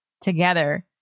Together